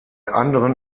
anderen